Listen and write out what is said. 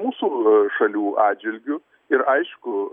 mūsų šalių atžvilgiu ir aišku